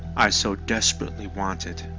i so desperately wanted